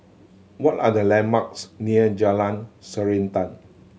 what are the landmarks near Jalan Srantan